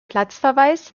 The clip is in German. platzverweis